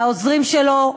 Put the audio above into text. לעוזרים שלו,